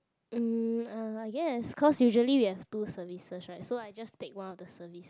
mm uh I guess cause usually we have two services right so I just take one of the service